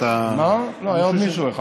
לא, היה עוד מישהו.